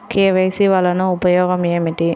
KYC వలన ఉపయోగం ఏమిటీ?